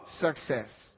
success